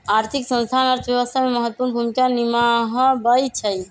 आर्थिक संस्थान अर्थव्यवस्था में महत्वपूर्ण भूमिका निमाहबइ छइ